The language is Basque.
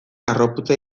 harroputza